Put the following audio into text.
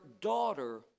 daughter